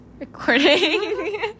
recording